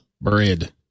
Bread